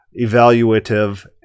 evaluative